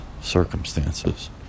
circumstances